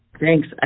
Thanks